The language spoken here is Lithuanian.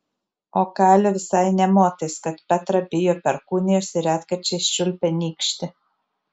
o kali visai nė motais kad petra bijo perkūnijos ir retkarčiais čiulpia nykštį